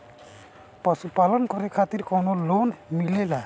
पशु पालन करे खातिर काउनो लोन मिलेला?